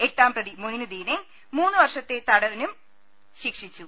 എട്ടാം പ്രതി മൊയിനുദ്ദീനെ മൂന്നുവർഷത്തെ തടവിനും ശിക്ഷിച്ചു